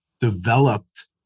developed